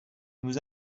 nous